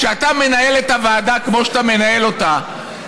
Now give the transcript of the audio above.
כשאתה מנהל את הוועדה כמו שאתה מנהל אותה,